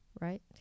right